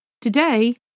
Today